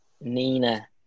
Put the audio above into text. Nina